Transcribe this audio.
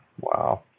Wow